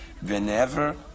whenever